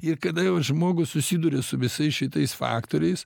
ir kada jau žmogus susiduria su visais šitais faktoriais